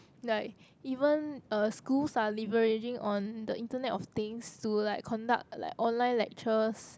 like even uh schools are leveraging on the internet of things to like conduct like online lectures